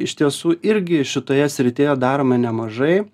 iš tiesų irgi šitoje srityje darome nemažai